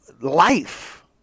life